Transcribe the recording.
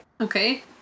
Okay